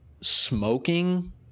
smoking